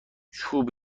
چوب